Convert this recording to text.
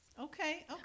Okay